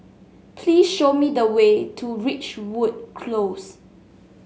please show me the way to Ridgewood Close